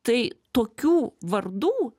tai tokių vardų